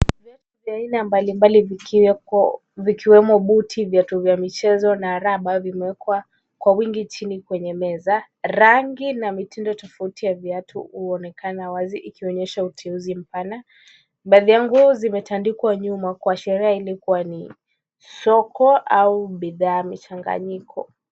Viatu vya aina mbalimbali vikiwemo buti, viatu vya michezo na rubber , vimewekwa kwa wingi kwenye meza. Rangi na mitindo tofauti ya viatu huonekana wazi, ikionyesha uteuzi mpana. Baliangu zimetandikwa nyuma, kwa sherehe, ilikuwa ni soko au bidhaa mchanganyiko.